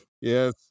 yes